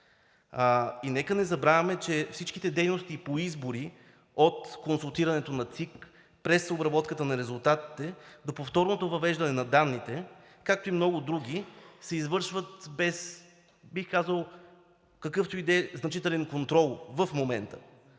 И нека не забравяме, че всичките дейности по избори от консултирането на ЦИК, през обработката на резултатите, до повторното въвеждане на данните, както и много други, се извършват без, бих казал, какъвто и да е значителен контрол в момента.